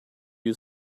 you